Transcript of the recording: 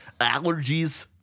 allergies